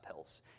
uphills